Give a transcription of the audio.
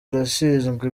arashinjwa